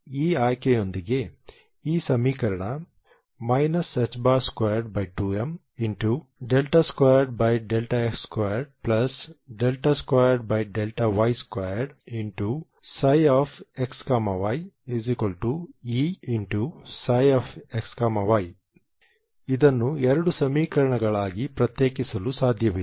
ಈ ಆಯ್ಕೆಯೊಂದಿಗೆ ಈ ಸಮೀಕರಣ ħ22m2x22y2xyEψxy ಇದನ್ನು ಎರಡು ಸಮೀಕರಣಗಳಾಗಿ ಪ್ರತ್ಯೇಕಿಸಲು ಸಾಧ್ಯವಿದೆ